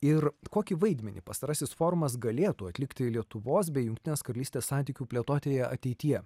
ir kokį vaidmenį pastarasis forumas galėtų atlikti lietuvos bei jungtinės karalystės santykių plėtotėje ateityje